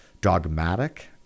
dogmatic